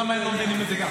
למה גם הם לא מבינים את זה?